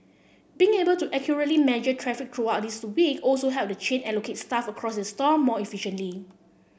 being able to accurately measure traffic throughout the week also helped the chain allocate staff across its store more efficiently